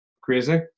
crazy